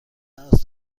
هست